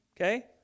Okay